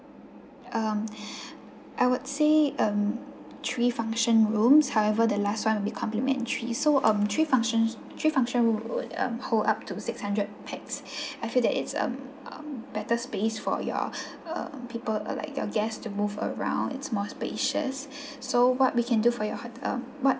um I would say um three function rooms however the last one will be complimentary so um three functions three function roo~ um hold up to six hundred pax I feel that it's um uh better space for your um people uh like your guest to move around it's more spacious so what we can do for your hot~ um what